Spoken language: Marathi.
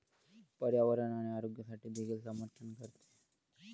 पर्यावरण आणि आरोग्यासाठी देखील समर्थन करते